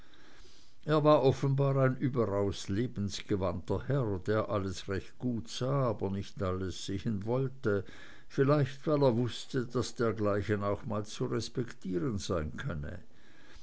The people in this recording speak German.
er war offenbar ein überaus lebensgewandter herr der alles recht gut sah aber nicht alles sehen wollte vielleicht weil er wußte daß dergleichen auch mal zu respektieren sein könne